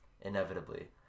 inevitably